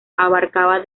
abarcaba